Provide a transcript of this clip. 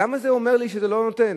למה זה אומר לי שזה לא נותן?